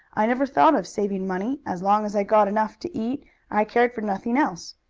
i never thought of saving money as long as i got enough to eat i cared for nothing else.